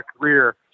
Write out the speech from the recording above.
career